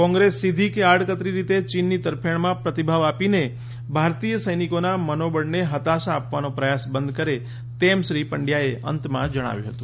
કોંગ્રેસ સીધી કે આડકતરી રીતે ચીનની તરફેણમાં પ્રતિભાવ આપીને ભારતીય સૈનિકોના મનોબળને હતાશા આપવાનો પ્રયાસ બંધ કરે તેમશ્રી પંડયાએ અંતમાં જણાવ્યું હતું